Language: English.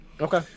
Okay